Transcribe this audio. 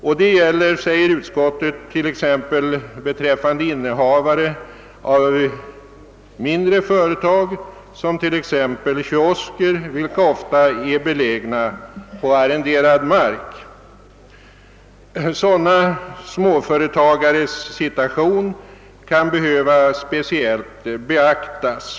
Detta gäller t.ex. beträffande innehavare av mindre företag som t.ex. kiosker vilka ofta är belägna på arrenderad mark. Sådana småföretagares situation kan behöva speciellt beaktas.